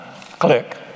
Click